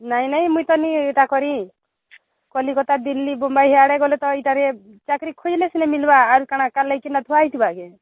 ନାଇଁ ନାଇଁ ମୁଇଁ ତ ନାଇଁ ଏଇଟା କରି କଲିକତା ଦିଲ୍ଲୀ ମୁମ୍ବାଇ ସିଆଡ଼େ ଗଲେ ତ ଏଇଟାରେ ଚାକିରୀ ଖୋଜିଲେ ସିନା ମିଲବା ଆର କ'ଣ କାହାର ଲାଗି କେମିତି ଥୁଆ ହୋଇଥିବା କେ